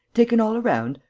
taken all around,